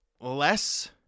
less